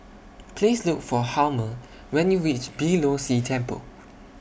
Please Look For Hjalmer when YOU REACH Beeh Low See Temple